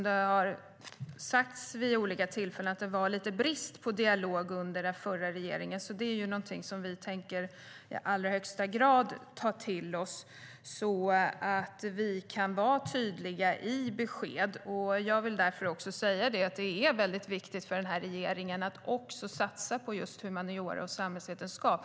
Det har vid olika tillfällen sagts att det har varit brist på dialog under den förra regeringen, så det är någonting som vi i allra högsta grad tänker ta till oss så att vi kan lämna tydliga besked. Det är väldigt viktigt för den här regeringen att satsa på just humaniora och samhällsvetenskap.